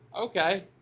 Okay